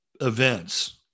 events